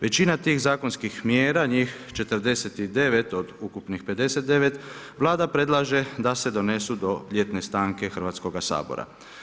Većina tih zakonskih mjera njih 49 od ukupno 59 Vlada predlaže da se donesu do ljetne stranke Hrvatskoga sabora.